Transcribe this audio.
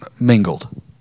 mingled